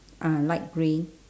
ah light grey